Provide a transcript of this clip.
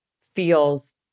feels